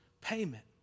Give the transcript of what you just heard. payment